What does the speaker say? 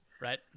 Right